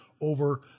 over